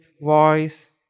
voice